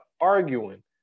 arguing